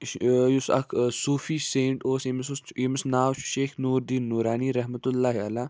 یہِ چھُ یُس اکھ صوٗفی سٮ۪نٹ اوس ییٚمِس اوس ییٚمِس ناو چھُ شیخ نوٗر الدیٖن نوٗرانی رحمتُ اللہ علیہ